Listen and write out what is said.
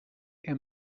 and